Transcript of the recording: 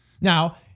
Now